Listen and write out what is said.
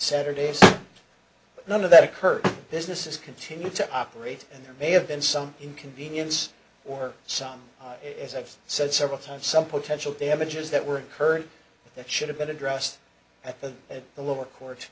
saturdays none of that occurred businesses continue to operate and there may have been some inconvenience or some as i've said several times some potential damages that were occurring that should have been addressed at the lower court